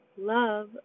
Love